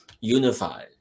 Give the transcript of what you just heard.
unified